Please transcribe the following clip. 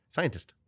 Scientist